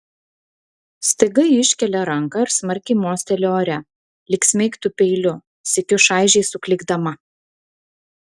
staiga ji iškelia ranką ir smarkiai mosteli ore lyg smeigtų peiliu sykiu šaižiai suklykdama